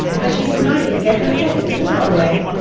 but she could not even get her head through the doorway